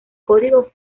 código